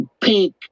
pink